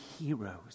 heroes